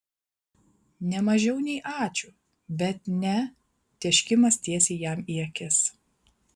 ne mažiau nei ačiū bet ne tėškimas tiesiai jam į akis